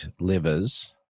livers